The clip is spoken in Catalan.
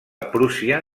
prússia